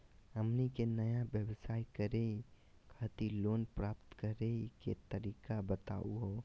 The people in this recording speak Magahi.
हमनी के नया व्यवसाय करै खातिर लोन प्राप्त करै के तरीका बताहु हो?